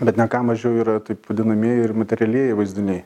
bet ne ką mažiau yra taip vadinamieji ir materialieji vaizdiniai